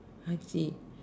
I see